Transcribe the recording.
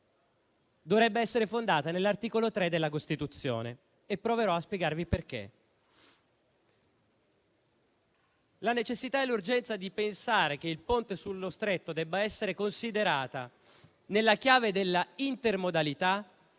dovrebbe essere fondata nell'articolo 3 della Costituzione e proverò a spiegarvi perché, ovvero per la necessità e l'urgenza di pensare che il Ponte sullo Stretto debba essere considerato, nella chiave dell'intermodalità,